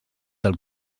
del